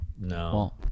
no